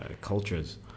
cultures